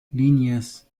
líneas